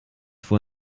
fuhr